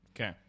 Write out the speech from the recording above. Okay